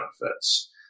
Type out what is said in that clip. benefits